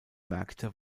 märkte